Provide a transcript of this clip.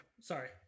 sorry